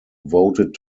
voted